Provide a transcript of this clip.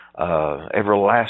everlasting